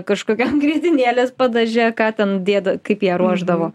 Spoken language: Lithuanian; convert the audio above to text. kažkokiam grietinėlės padaže ką ten dėda kaip ją ruošdavo